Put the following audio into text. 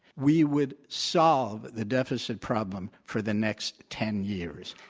we would solve the deficit problem for the next ten years.